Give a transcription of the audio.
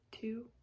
two